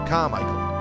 Carmichael